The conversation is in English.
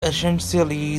essentially